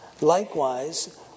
likewise